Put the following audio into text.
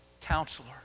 counselor